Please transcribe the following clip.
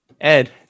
Ed